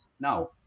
Now